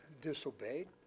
disobeyed